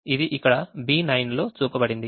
ఇది ఇక్కడ B9 లో చూపబడింది